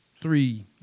three